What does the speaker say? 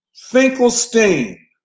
Finkelstein